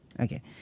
Okay